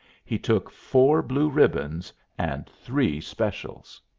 he took four blue ribbons and three specials.